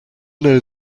know